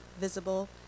visible